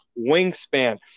wingspan